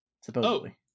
supposedly